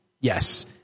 Yes